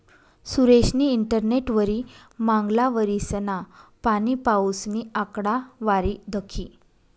सुरेशनी इंटरनेटवरी मांगला वरीसना पाणीपाऊसनी आकडावारी दखी